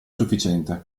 sufficiente